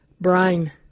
Brine